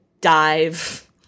dive